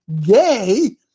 gay